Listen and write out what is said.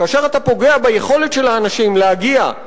כאשר אתה פוגע ביכולת של אנשים להגיע,